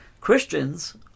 Christians